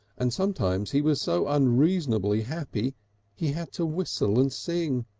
and sometimes he was so unreasonably happy he had to whistle and sing,